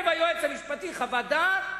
היועץ המשפטי כותב חוות דעת,